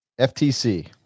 ftc